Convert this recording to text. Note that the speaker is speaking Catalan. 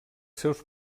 seus